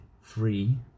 free